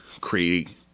creating